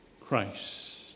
Christ